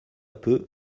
peu